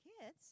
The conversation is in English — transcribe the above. kids